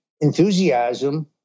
enthusiasm